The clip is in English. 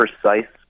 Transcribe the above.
precise